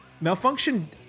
Malfunction